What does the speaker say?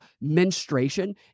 menstruation